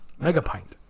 megapint